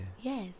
Yes